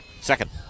Second